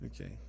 okay